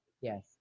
Yes